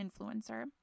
influencer